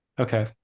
okay